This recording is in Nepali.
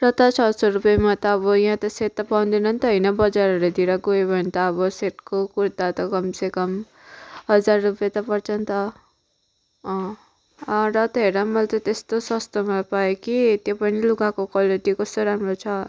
र त छ सौ रुपियाँमा त अब यहाँ त सेट त पाउँदैन त होइन बजारहरू तिर गयो भने त अब सेटको कुर्ता त कमसे कम हजार रुपियाँ त पर्छन् त अँ अँ र त हेर मैले त त्यस्तो सस्तोमा पाएँ कि त्यो पनि लुगाको क्वालिटी कस्तो राम्रो छ